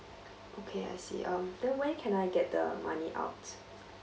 okay I see um then when can I get the money out